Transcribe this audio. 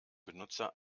benutzer